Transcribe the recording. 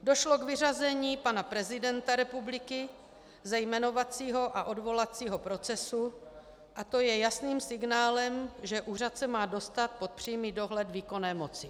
Došlo k vyřazení pana prezidenta republiky z jmenovacího a odvolacího procesu a to je jasným signálem, že úřad se má dostat pod přímý dohled výkonné moci.